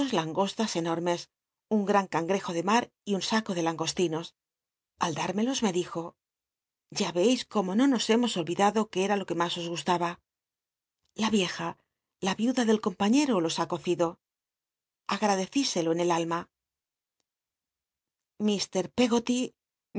langostas cnotmcs un gran cangrejo de mar y un saco de langostinos al dármelos me dijo ya veis cómo no nos hemos olvidado que era lo que mas os gustaba la vieja la yiuda del compañero los ha cocido agl'adeciselo en el alma lfr peggoty